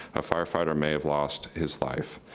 a firefighter may have lost his life.